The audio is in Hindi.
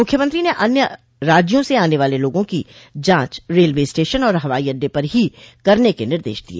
मुख्यमंत्री ने अन्य राज्यों से आने वाले लोगों की जांच रेलवे स्टेशन और हवाई अड्डे पर ही करने के निर्देश दिए